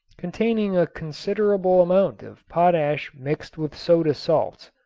containing a considerable amount of potash mixed with soda salts.